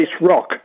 rock